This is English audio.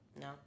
No